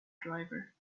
driver